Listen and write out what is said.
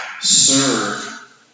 serve